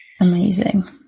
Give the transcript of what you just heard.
Amazing